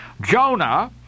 Jonah